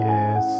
Yes